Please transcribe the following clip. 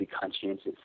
conscientious